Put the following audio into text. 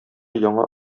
яңа